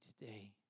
today